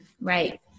Right